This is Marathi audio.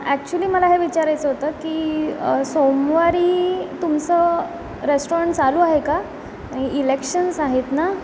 ॲक्च्युली मला हे विचारायचं होतं की सोमवारी तुमचं रेस्टॉरंट चालू आहे का इलेक्शन्स आहेत ना